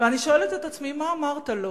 ואני שואלת את עצמי מה אמרת לו